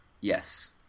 yes